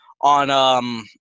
on